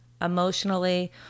emotionally